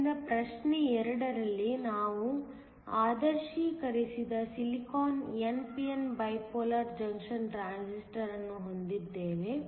ಆದ್ದರಿಂದ ಪ್ರಶ್ನೆ 2 ರಲ್ಲಿ ನಾವು ಆದರ್ಶೀಕರಿಸಿದ silicon n p n bipolar junction transistor ಅನ್ನು ಹೊಂದಿದ್ದೇವೆ